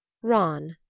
ran,